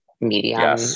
medium